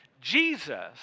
Jesus